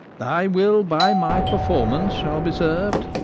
thy will by my performance shall be serv'd.